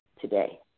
today